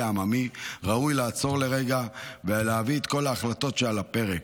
העממי ראוי לעצור לרגע ולהביא את כל ההחלטות שעל הפרק,